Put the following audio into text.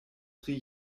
tri